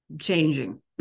changing